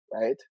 Right